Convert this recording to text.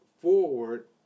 forward